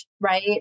right